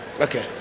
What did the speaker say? Okay